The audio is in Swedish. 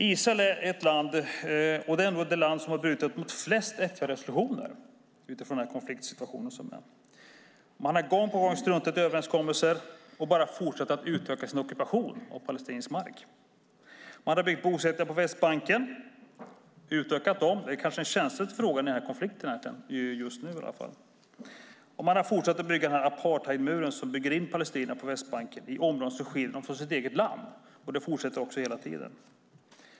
Israel är i den konfliktsituation som råder det land som har brutit mot flest FN-resolutioner. Man har gång på gång struntat i överenskommelser och bara fortsatt utöka sin ockupation av palestinsk mark. Man har byggt bosättningar på Västbanken och utökat dem. Det är kanske den känsligaste frågan i den här konflikten just nu. Man har också fortsatt bygga den apartheidmur som bygger in palestinierna på Västbanken i områden som skiljer dem från deras eget land. Detta fortsätter hela tiden.